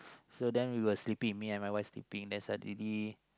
so then we were sleeping me and my wife sleeping then suddenly